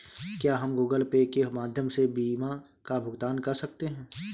क्या हम Google Pay के माध्यम से बीमा का भुगतान कर सकते हैं?